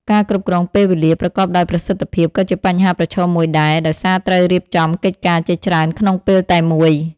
ការគ្រប់គ្រងពេលវេលា ប្រកបដោយប្រសិទ្ធភាពក៏ជាបញ្ហាប្រឈមមួយដែរ ដោយសារត្រូវរៀបចំកិច្ចការជាច្រើនក្នុងពេលតែមួយ។